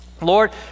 Lord